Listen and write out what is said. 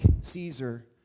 Caesar